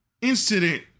incident